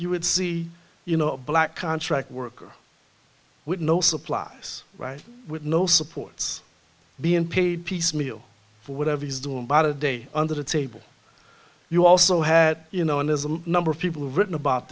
you would see you know a black contract worker with no supplies right with no supports being paid piecemeal for whatever he's doing bad a day under the table you also had you know an ism number of people who've written about